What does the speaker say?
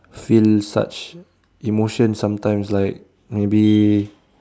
feel such emotions sometimes like maybe